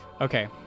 Okay